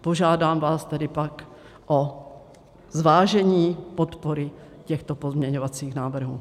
Požádám vás tedy pak o zvážení podpory těchto pozměňovacích návrhů.